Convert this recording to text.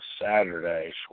Saturdays